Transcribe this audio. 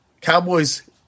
Cowboys